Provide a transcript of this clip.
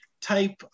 type